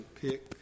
pick